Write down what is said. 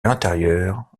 intérieure